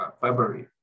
February